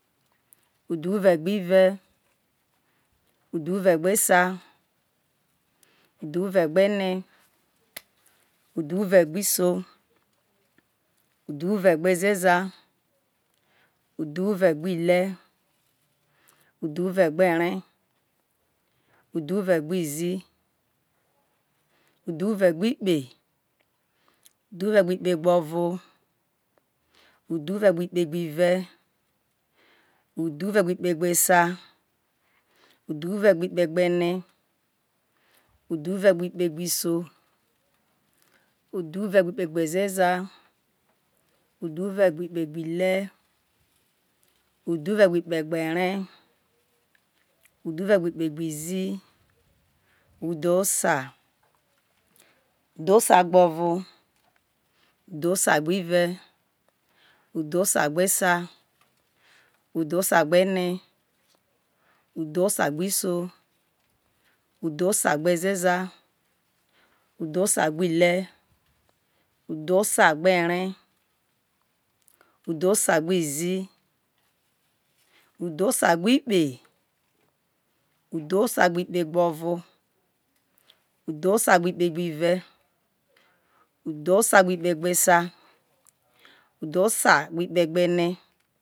ive udhuregbe esa udhuregbe ene udhuregbe ile udhuregbe udhuregbe izi udhuregbe gbe ikpe udhuregbe ikpe gbovo udhure gbe ikpe gbive udhuvegbo ikpe gbe esa udhuregbo ikpe bene udhuregbe kpegbiso udhure gbe kpe gbo ezeza udhure gbe ikpe gbi le udhuregbe ikpe gbo ere udhuregbe ikpe gbo izi udhosa udhosa gbe ovo udhosa gbe i've udhosa gbe esa udhosa gbe ene udhosa gbe iso udhosa gbe ezeza udhosa gbe ile udhosa gbe ere udhosa gbe izi udhosa gbe ikpe udhosa gbe ikpe gbovo udho sagbe ikpe gbive udhosa gbe ikpe gbo esa udhosa gbe ikpe gbo ene udhosa gbe ikpe gbo iso udhosa gbe ikpe gbo ezeza udhosa gbe ikpe gbi ile udhosa gbe ikpe ere udhosa gbe ikpe gbo izi udhosa